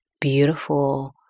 beautiful